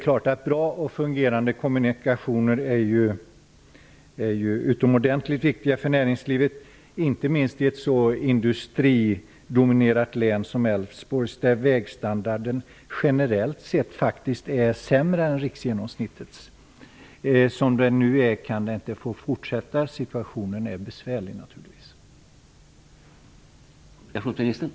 Bra och fungerande kommunikationer är ju utomordentligt viktiga för näringslivet, inte minst i ett så industridominerat län som Älvsborg, där vägstandarden generellt sett faktiskt är sämre än riksgenomsnittet. Som det nu är, kan det inte få fortsätta. Situationen är naturligtvis besvärlig.